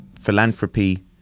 philanthropy